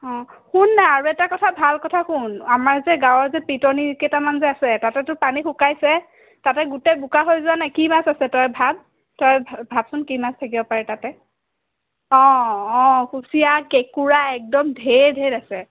অঁ শুননা আৰু এটা কথা ভাল কথা শুন আমাৰ যে গাৱঁৰ যে পিটনি কেইটামান যে আছে তাতেতো পানী শুকাইছে তাতে গোটেই বোকা হৈ যোৱা নাই কি মাছ আছে তই ভাব তই ভাব ভাবচোন কি মাছ থাকিব পাৰে তাতে অঁ অঁ কুচিয়া কেঁকুৰা একদম ধেৰ ধেৰ আছে